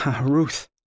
Ruth